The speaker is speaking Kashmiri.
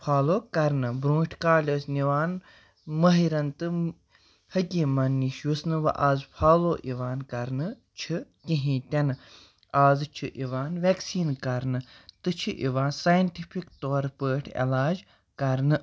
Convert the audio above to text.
فالو کرنہٕ برٛونٛٹھ کالہِ ٲسۍ نِوان مٲہرَن تہٕ حٔکیٖمَن نِش یُس نہٕ وۄنۍ آز فالو یِوان کَرنہٕ چھِ کہیٖنۍ تہِ نہٕ آزٕ چھِ یِوان ویٚکسیٖن کَرنہٕ تہٕ چھِ یِوان ساینٹِفِک طور پٲٹھۍ علاج کَرنہٕ